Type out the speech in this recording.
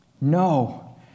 No